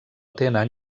tenen